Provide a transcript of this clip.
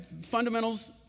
fundamentals